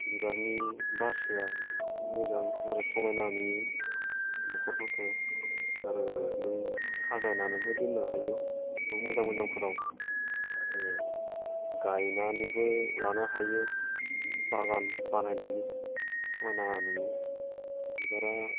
बिबारनि बासोआ मोजां आरो समायना नुयो न'खरफोरखौ आरो जों साजायनानैबो दोननो हायो न' मोजां मोजांफोराव आरो गायनानैबो लानो हायो बागान बानायनानै समायना नुयो बिबारा